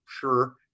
sure